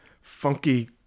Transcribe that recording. funky